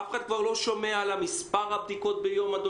אף אחד כבר לא שומע על מספר הבדיקות ביום.